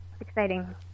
exciting